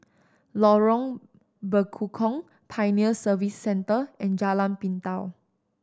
Lorong Bekukong Pioneer Service Centre and Jalan Pintau